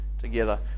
together